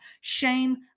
Shame